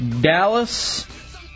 Dallas